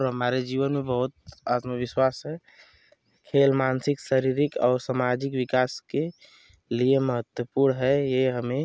और हमारे जीवन में बहुत आत्मविश्वास है खेल मानसिक शारीरिक और समाजिक विकास के लिए महत्वपूर्ण है ये हमें